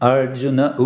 Arjuna